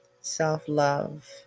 Self-love